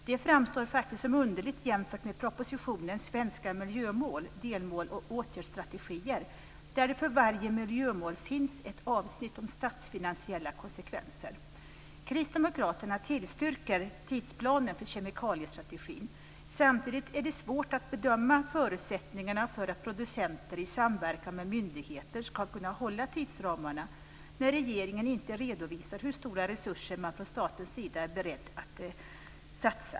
Detta framstår som underligt jämfört med propositionen Svenska miljömål - delmål och åtgärdsstrategier, där det för varje miljömål finns ett avsnitt om statsfinansiella konsekvenser. Kristdemokraterna tillstyrker tidsplanen för kemikaliestrategin. Samtidigt är det svårt att bedöma förutsättningarna för att producenter i samverkan med myndigheter ska kunna hålla tidsramarna när regeringen inte redovisar hur stora resurser man från statens sida är beredd att satsa.